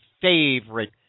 favorite